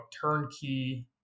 turnkey